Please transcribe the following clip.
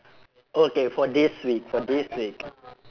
okay for this week for this week